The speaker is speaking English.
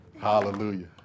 Hallelujah